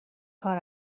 کار